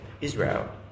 Israel